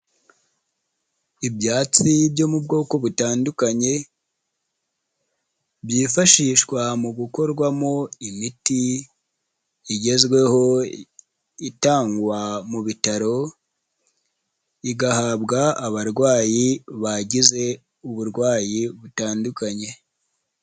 Ibyatsi byo mu bwoko butandukanye byifashishwa mu gukorwamo imiti igezweho itangwa mu bitaro igahabwa abarwayi bagize uburwayi butandukanye.